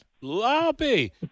Lobby